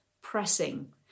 pressing